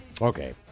Okay